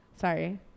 Sorry